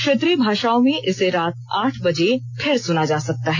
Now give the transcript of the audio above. क्षेत्रीय भाषाओं में इसे रात आठ बजे फिर सुना जा सकता है